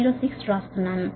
06 వ్రాస్తున్నాను